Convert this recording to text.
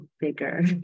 bigger